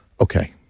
okay